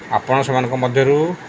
ଆପଣ ସେମାନଙ୍କ ମଧ୍ୟରୁ